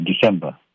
December